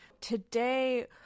today